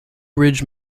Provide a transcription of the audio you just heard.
ridge